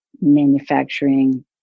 manufacturing